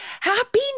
Happy